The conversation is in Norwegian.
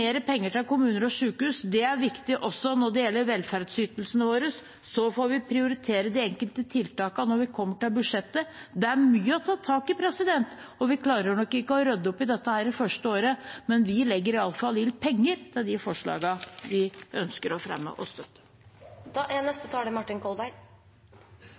penger til kommuner og sykehus. Det er viktig også når det gjelder velferdsytelsene våre. Så får vi prioritere de enkelte tiltakene når vi kommer til budsjettet. Det er mye å ta tak i, og vi klarer nok ikke å rydde opp i dette det første året, men vi legger i hvert fall inn penger til de forslagene vi fremmer og støtter. Den norske høyresiden er